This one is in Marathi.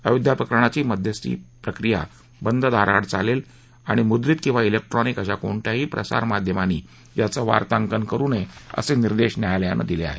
अयोध्या प्रकरणाची मध्यस्थी प्रक्रिया बंद दाराआड चालेल आणि मुद्रित किंवा ज्ञिक्ट्रॉनिक अशा कोणत्याही प्रसामाध्यमांनी याचं वार्ताकन करु नये असे निर्देश न्यायालयानं दिले आहेत